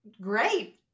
Great